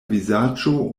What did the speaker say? vizaĝo